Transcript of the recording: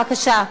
בבקשה.